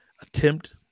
attempt